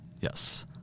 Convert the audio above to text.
Yes